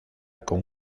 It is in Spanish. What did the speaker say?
con